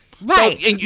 right